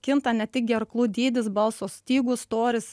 kinta ne tik gerklų dydis balso stygų storis